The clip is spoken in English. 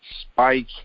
spike